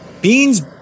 Beans